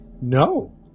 No